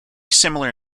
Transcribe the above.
similar